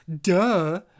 Duh